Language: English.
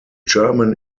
german